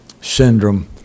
syndrome